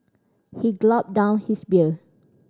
he down his beer